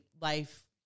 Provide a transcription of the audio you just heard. life